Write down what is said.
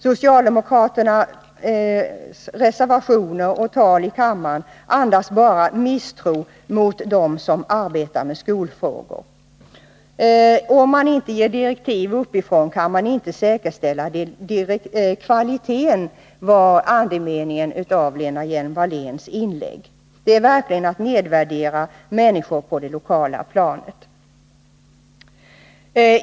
Socialdemokraternas reservationer och tali kammaren andas bara misstro mot dem som arbetar med skolfrågor. Om man inte ger direktiv uppifrån kan man inte säkerställa kvaliteten, var andemeningen i Lena Hjelm-Walléns inlägg. Det är verkligen att nedvärdera människor på det lokala planet.